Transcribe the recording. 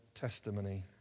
testimony